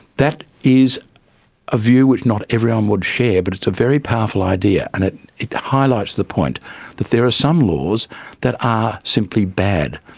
that is a view which not everyone would share but it's a very powerful idea and it it highlights the point that there are some laws that are simply bad,